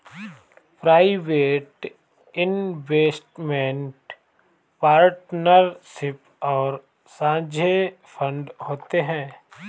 private investment partnership और साझे fund होते हैं